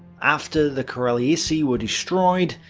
after the kureliesi were destroyed,